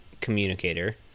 communicator